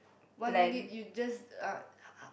one minute you just uh